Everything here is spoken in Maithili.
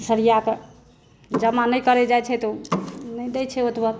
सरियाकऽ जमा नहि करै जाइ छै तऽ नहि दै छै ओतबा